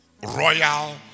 Royal